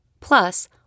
Plus